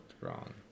Wrong